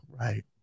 right